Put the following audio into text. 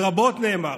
רבות נאמר